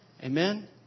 Amen